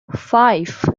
five